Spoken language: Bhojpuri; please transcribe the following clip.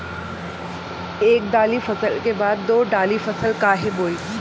एक दाली फसल के बाद दो डाली फसल काहे बोई?